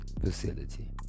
facility